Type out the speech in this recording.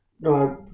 No